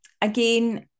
again